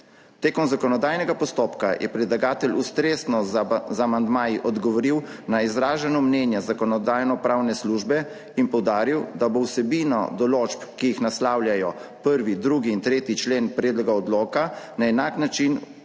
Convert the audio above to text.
Med zakonodajnim postopkom je predlagatelj ustrezno z amandmaji odgovoril na izraženo mnenje Zakonodajno-pravne službe in poudaril, da bo z vsebino določb, ki jih naslavljajo 1., 2. in 3. člen predloga odloka na enak način upoštevana